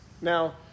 Now